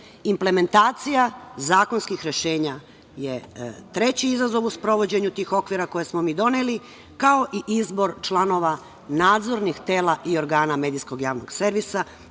Implementacija zakonskih rešenja je treći izazov u sprovođenju tih okvira koje smo mi doneli, kao i izbor članova nadzornih tela i organa medijskog javnog servisa